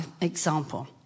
example